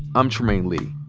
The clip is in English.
i'm trymaine lee.